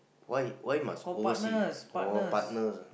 why why why must oversea oh partners ah